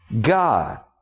God